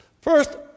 First